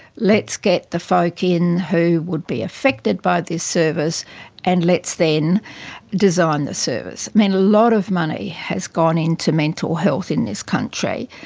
let's get the folk in who would be affected by this service and let's then design the service. a lot of money has gone into mental health in this country.